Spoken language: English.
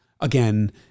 Again